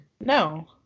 No